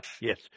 Yes